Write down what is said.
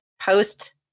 post